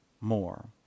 more